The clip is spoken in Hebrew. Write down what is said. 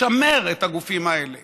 לשמר את הגופים האלה